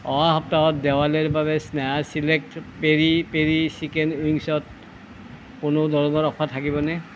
অহা সপ্তাহত দেৱালীৰ বাবে স্নেহা ছিলেক্ট পেৰিপেৰি চিকেন উইংছত কোনো ধৰণৰ অফাৰ থাকিব নে